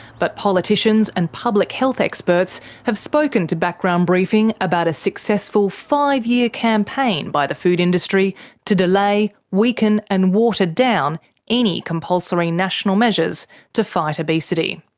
but politicians and public health experts have spoken to background briefing about a successful five-year campaign by the food industry to delay, weaken and water down any compulsory national measures to fight obesity.